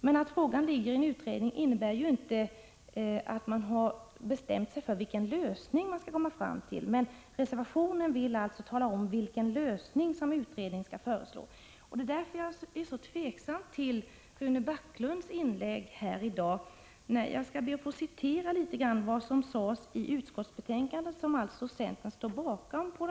Att en fråga behandlas i en utredning innebär ju inte att man har bestämt sig för en lösning. I reservationen vill man alltså att det skall bestämmas vilken lösning utredningen skall föreslå. Därför är jag också så tveksam till Rune Backlunds inlägg här i dag. Jag skall be att få citera något av vad som står i utskottsbetänkandet. Centern står ju bakom utskottets hemställan på denna punkt.